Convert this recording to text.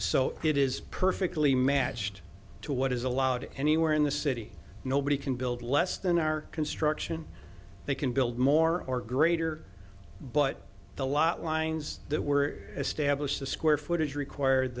so it is perfectly matched to what is allowed anywhere in the city nobody can build less than our construction they can build more or greater but the lot lines that were established the square footage required